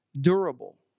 durable